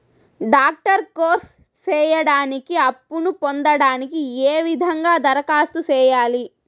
Doctor course సేయడానికి అప్పును పొందడానికి ఏ విధంగా దరఖాస్తు సేయాలి?